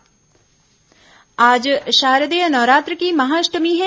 महाअष्टमी आज शारदेय नवरात्र की महाअष्टमी है